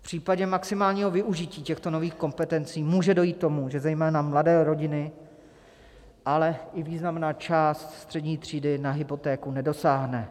V případě maximálního využití těchto nových kompetencí může dojít k tomu, že zejména mladé rodiny, ale i významná část střední třídy na hypotéku nedosáhne.